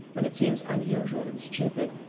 when it seems unusual and stupid,